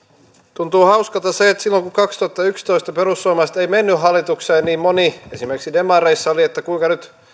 tuntuu hauskalta se että silloin kun kaksituhattayksitoista perussuomalaiset eivät menneet hallitukseen niin moni esimerkiksi demareissa oli että kuinka nyt